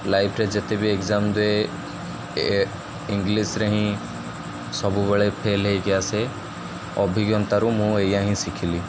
ଲାଇଫ୍ରେ ଯେତେ ବିି ଏଗ୍ଜାମ୍ ଦିଏ ଇଂଲିଶରେ ହିଁ ସବୁବେଳେ ଫେଲ୍ ହେଇକି ଆସେ ଅଭିଜ୍ଞତାାରୁ ମୁଁ ଏଇଆ ହିଁ ଶିଖିଲି